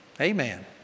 Amen